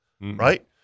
right